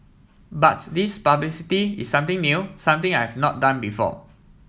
but this publicity is something new something I've not done before